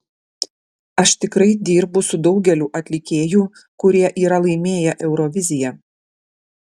aš tikrai dirbu su daugeliu atlikėjų kurie yra laimėję euroviziją